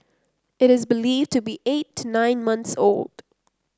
it is believed to be eight to nine month old